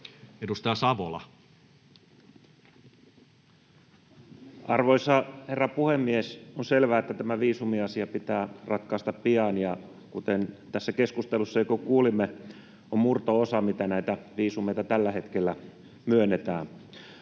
Content: Arvoisa herra puhemies! On selvää, että tämä viisumiasia pitää ratkaista pian, ja kuten tässä keskustelussa jo kuulimme, näitä viisumeita tällä hetkellä myönnetään